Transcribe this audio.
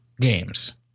games